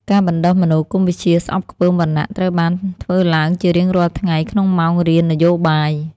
ការបណ្ដុះមនោគមវិជ្ជាស្អប់ខ្ពើមវណ្ណៈត្រូវបានធ្វើឡើងជារៀងរាល់ថ្ងៃក្នុងម៉ោងរៀននយោបាយ។